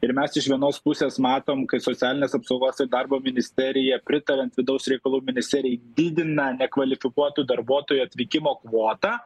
ir mes iš vienos pusės matom kai socialinės apsaugos ir darbo ministerija pritariant vidaus reikalų ministerijai didina nekvalifikuotų darbuotojų atvykimo kvotą